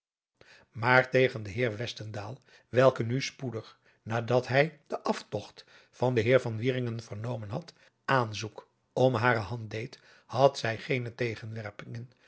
maar tegen den heer westendaal welke nu spoedig nadat hij den astogt van den heer van wieringen vernomen had aanzoek om hare band deed had zij geene tegenwerpingen